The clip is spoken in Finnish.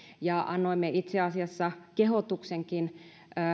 ja annoimme itse asiassa kehotuksenkin